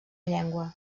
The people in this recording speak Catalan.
llengua